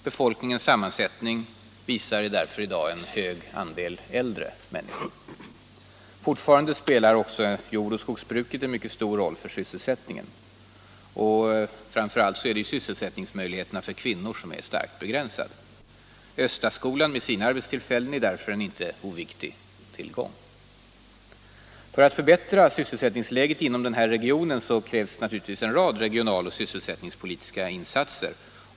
Befolkningens sammansättning visar därför i dag en hög andel äldre människor. Fortfarande spelar också jordoch skogsbruket en mycket stor roll för sysselsättningen. Framför allt är sysselsättningsmöjligheterna för kvinnor starkt begränsade. Östaskolan, med sina arbetstillfällen, är därför en inte oviktig tillgång. För att förbättra sysselsättningsläget inom den här regionen krävs naturligtvis en rad regionaloch sysselsättningspolitiska insatser.